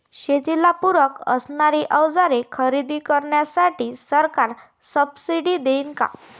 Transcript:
शेतीला पूरक असणारी अवजारे खरेदी करण्यासाठी सरकार सब्सिडी देईन का?